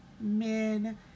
men